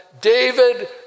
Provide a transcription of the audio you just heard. David